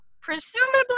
presumably